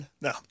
No